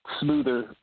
smoother